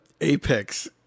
Apex